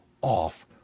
off